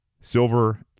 Silver